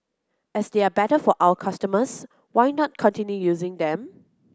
as they are better for our customers why not continue using them